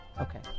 okay